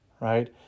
right